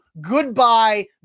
goodbye